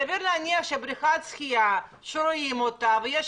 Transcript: סביר להניח שבבריכת שחייה שרואים אותה ונמצא